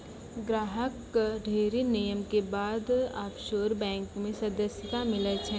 ग्राहक कअ ढ़ेरी नियम के बाद ऑफशोर बैंक मे सदस्यता मीलै छै